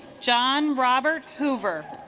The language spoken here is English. john robert hoover